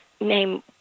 name